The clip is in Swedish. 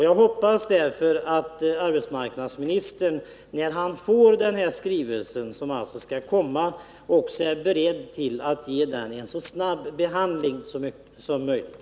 Jag hoppas därför att arbetsmarknadsministern när han får den skrivelse som alltså skall komma också är beredd att behandla den så snabbt som möjligt.